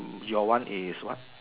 your one is what